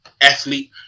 athlete